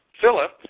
Philip